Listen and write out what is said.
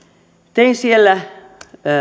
tein siellä